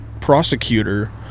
prosecutor